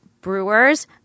brewers